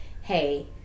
hey